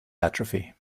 atrophy